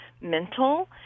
mental